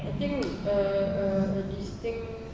I think uh uh this thing